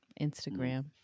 Instagram